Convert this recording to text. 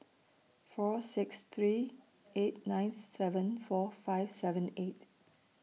four six three eight nine seven four five seven eight